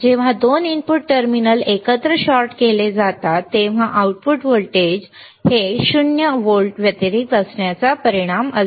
जेव्हा 2 input terminal एकत्र short केले जातात तेव्हा आउटपुट व्होल्टेज 0 व्होल्ट व्यतिरिक्त असण्याचा परिणाम असतो